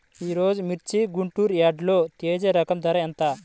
ఈరోజు మిర్చి గుంటూరు యార్డులో తేజ రకం ధర ఎంత?